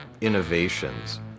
innovations